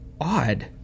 odd